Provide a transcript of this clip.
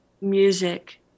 music